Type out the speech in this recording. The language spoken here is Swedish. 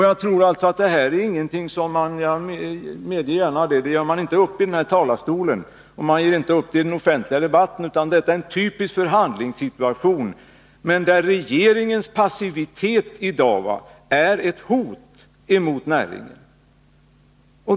Jag medger gärna att det här är ingenting som man gör uppi den här talarstolen, och man gör inte upp det i den offentliga debatten, utan detta är en typisk förhandlingssituation. Men regeringens passivitet i dag är ett hot emot näringen.